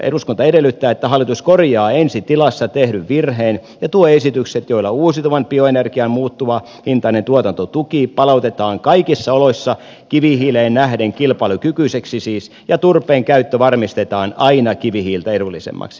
eduskunta edellyttää että hallitus korjaa ensi tilassa tehdyn virheen ja tuo esitykset joilla uusiutuvan bioenergian muuttuvahintainen tuotantotuki palautetaan kaikissa oloissa kivihiileen nähden kilpailukykyiseksi ja turpeen käyttö varmistetaan aina kivihiiltä edullisemmaksi